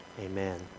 Amen